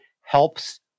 helps